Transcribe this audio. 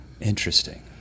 Interesting